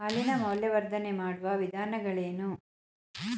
ಹಾಲಿನ ಮೌಲ್ಯವರ್ಧನೆ ಮಾಡುವ ವಿಧಾನಗಳೇನು?